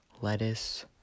lettuce